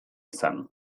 izan